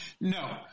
No